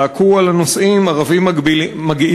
צעקו על הנוסעים: ערבים מגעילים.